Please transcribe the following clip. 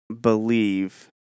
believe